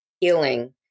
healing